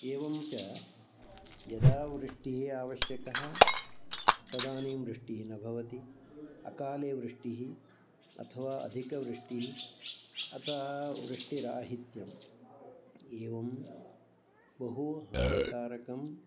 एवं च यदा वृष्टिः आवश्यकी तदानीं वृष्टिः न भवति अकाले वृष्टिः अथवा अधिकवृष्टिः अतः वृष्टिराहित्यम् एवं बहु हानिकारकम्